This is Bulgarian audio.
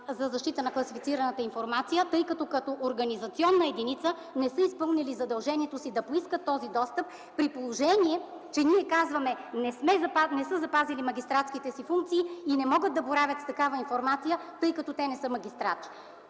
за защита на класифицираната информация, защото като организационна единица не са изпълнили задължението си да поискат този достъп, при положение че ние казваме: не са запазили магистратските си функции и не могат да боравят с такава информация, тъй като те не са магистрати.